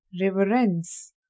reverence